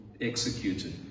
executed